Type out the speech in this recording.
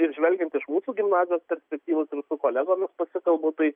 ir žvelgiant iš mūsų gimnazijos perspektyvų su kolegomis pasikalbu tai